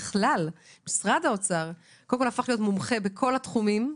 משרד האוצר הפך להיות מומחה בכל התחומים,